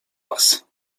was